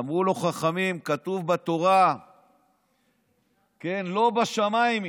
אמרו לו חכמים: כתוב בתורה "לא בשמים היא"